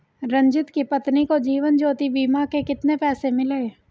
रंजित की पत्नी को जीवन ज्योति बीमा के कितने पैसे मिले?